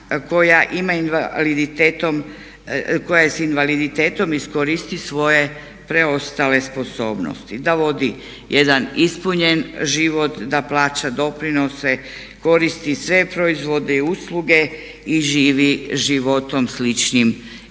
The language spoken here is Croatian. koja je s invaliditetom iskoristi svoje preostale sposobnosti, da vodi jedan ispunjen život, da plaća doprinose, koristi sve proizvode i usluge i živi životom sličnim ili